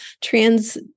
Trans